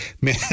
man